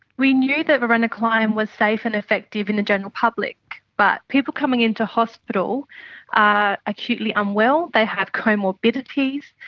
we knew that varenicline was safe and effective in the general public, but people coming in to hospital ah acutely unwell, they have comorbidities,